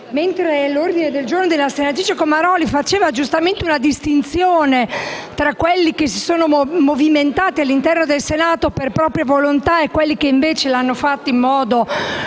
mentre l'ordine del giorno della senatrice Comaroli faceva giustamente una distinzione tra quelli che si sono movimentati all'interno del Senato per propria volontà e quelli che, invece, lo hanno fatto in modo